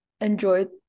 enjoyed